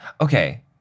Okay